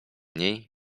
niej